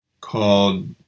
called